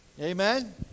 Amen